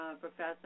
professor